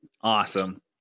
awesome